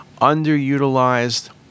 underutilized